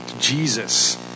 Jesus